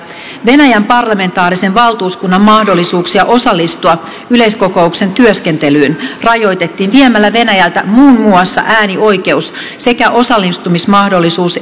venäjän parlamentaarisen valtuuskunnan mahdollisuuksia osallistua yleiskokouksen työskentelyyn rajoitettiin viemällä venäjältä muun muassa äänioikeus sekä osallistumismahdollisuus